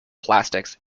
plastics